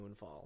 Moonfall